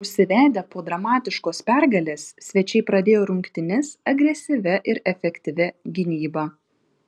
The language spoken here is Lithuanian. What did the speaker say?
užsivedę po dramatiškos pergalės svečiai pradėjo rungtynes agresyvia ir efektyvia gynyba